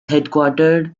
headquartered